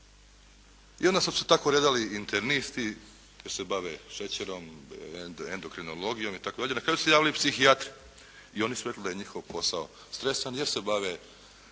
i onda su se tako redali internisti koji se bave šećerom, endokrinologijom itd., na kraju su se javili i psihijatri. I oni su rekli da je njihov posao stresan jer se bave